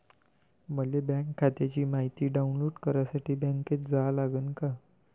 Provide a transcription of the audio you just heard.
मले बँक खात्याची मायती डाऊनलोड करासाठी बँकेत जा लागन का?